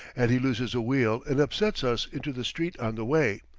and he loses a wheel and upsets us into the street on the way.